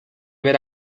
ver